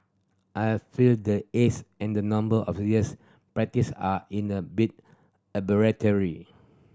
I feel that age and the number of years practice are in a bit arbitrary